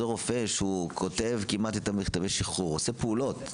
רופא שכותב את מכתבי השחרור ועושה פעולות.